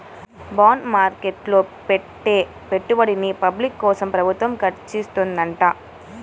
bond market లో పెట్టే పెట్టుబడుల్ని పబ్లిక్ కోసమే ప్రభుత్వం ఖర్చుచేత్తదంట